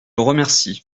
remercie